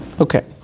Okay